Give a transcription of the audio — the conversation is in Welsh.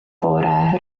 bore